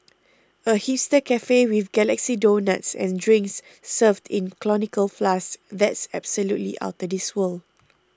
a hipster cafe with galaxy donuts and drinks served in conical flasks that's absolutely outta this world